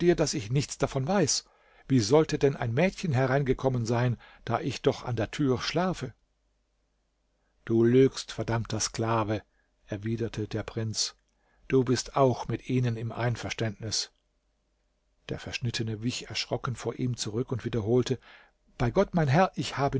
daß ich nichts davon weiß wie sollte denn ein mädchen hereingekommen sein da ich doch an der türe schlafe du lügst verdammter sklave erwiderte der prinz du bist auch mit ihnen im einverständnis der verschnittene wich erschrocken vor ihm zurück und wiederholte bei gott mein herr ich habe